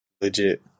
Legit